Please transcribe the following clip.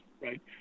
right